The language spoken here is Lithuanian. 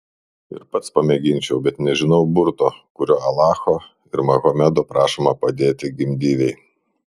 ir pats pamėginčiau bet nežinau burto kuriuo alacho ir mahometo prašoma padėti gimdyvei